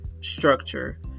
structure